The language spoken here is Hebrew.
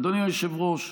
אדוני היושב-ראש,